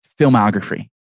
filmography